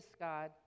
God